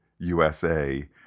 usa